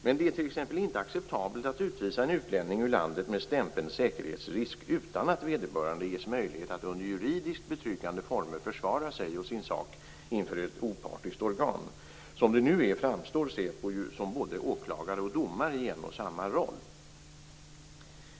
Men det är t.ex. inte acceptabelt att utvisa en utlänning ur landet med stämpeln säkerhetsrisk utan att vederbörande ges möjlighet att under juridiskt betryggande former försvara sig och sin sak inför ett opartiskt organ. Som det nu är framstår ju säpo som både åklagare och domare i en och samma roll.